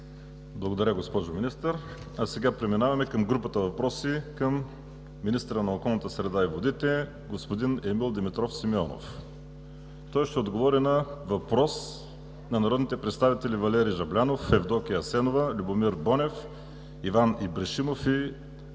Благодаря, госпожо Министър. Преминаваме към групата въпроси към министъра на околната среда и водите господин Емил Димитров Симеонов. Той ще отговори на въпрос на народните представители Валери Жаблянов, Евдокия Асенова, Любомир Бонев, Иван Ибришимов и Атанас